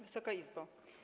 Wysoka Izbo!